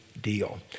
deal